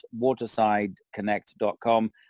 watersideconnect.com